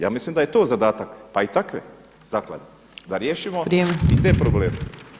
Ja mislim da je to zadatak, pa i takve zaklade da riješimo i te probleme.